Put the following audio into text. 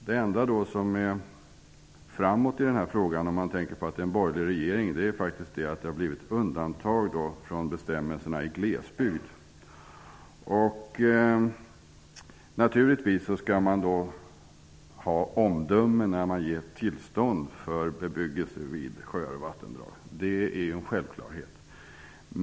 Det enda som gått framåt i den här frågan -- om man tänker på att det är en borgerlig regering -- är att det har blivit undantag från bestämmelserna i glesbygd. Naturligtvis skall man ha omdöme när man ger tillstånd för bebyggelse vid sjöar och vattendrag. Det är en självklarhet.